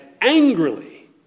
angrily